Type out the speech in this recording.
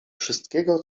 wszystkiego